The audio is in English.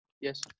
Yes